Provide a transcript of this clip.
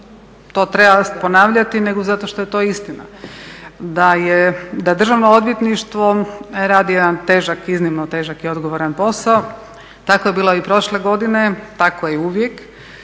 to treba ponavljati nego zato što je to istina, da Državno odvjetništvo radi jedan težak, iznimno težak i odgovoran posao, tako je bilo i prošle godine, tako je uvijek